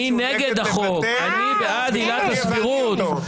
אני נגד החוק, אני בעד עילת הסבירות.